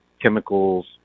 chemicals